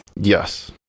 Yes